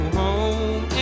home